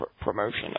promotion